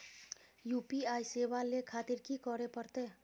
UPI सेवा ले खातिर की करे परते?